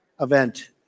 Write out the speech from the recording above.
event